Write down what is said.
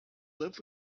left